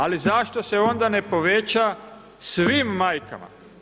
Ali zašto se onda ne poveća svim majkama?